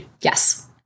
Yes